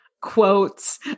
quotes